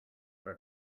for